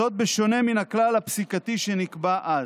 זאת בשונה מן הכלל הפסיקתי שנקבע אז.